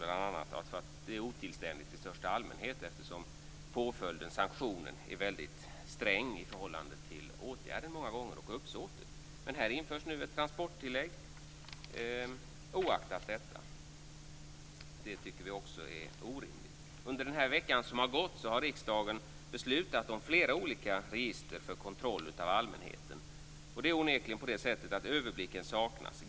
Bl.a. är det otillständigt i största allmänhet eftersom påföljden, sanktionen, många gånger är väldigt sträng i förhållande till åtgärden och uppsåtet. Här införs nu alltså, detta oaktat, ett transporttillägg. Det tycker vi också är orimligt. Under den gångna veckan har riksdagen beslutat om flera olika register för kontroll av allmänheten. Onekligen saknas en överblick.